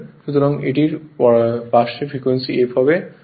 সুতরাং এটির এই পার্শ্বে ফ্রিকোয়েন্সি f হবে